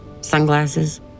sunglasses